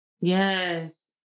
yes